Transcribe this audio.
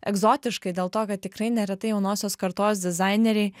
egzotiškai dėl to kad tikrai neretai jaunosios kartos dizaineriai